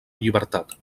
llibertat